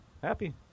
Happy